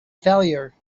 failure